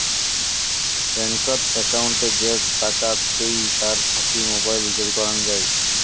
ব্যাঙ্কত একউন্টে যে টাকা থুই তার থাকি মোবাইল রিচার্জ করং যাই